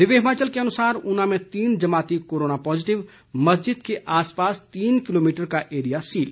दिव्य हिमाचल के अनुसार ऊना में तीन जमाती कोरोना पॉजिटिव मस्जिद के आसपास तीन किलोमीटर का एरिया सील